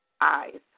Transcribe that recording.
eyes